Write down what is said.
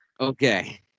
Okay